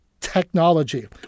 technology